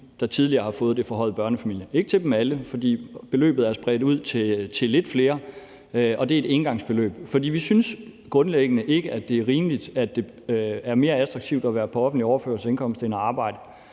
der tidligere har fået det forhøjede børnefamiliebeløb. Det er ikke til dem alle, fordi beløbet er spredt ud til lidt flere, og det er et engangsbeløb. For vi synes grundlæggende ikke, at det er rimeligt, at det er mere attraktivt at være på offentlig overførselsindkomst end at arbejde.